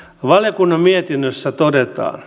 valiokunnan mietinnössä todetaan